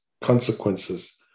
consequences